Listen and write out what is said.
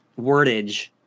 wordage